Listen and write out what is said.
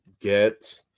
get